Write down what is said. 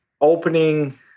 opening